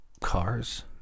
cars